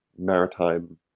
maritime